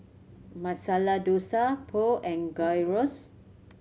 Masala Dosa Pho and Gyros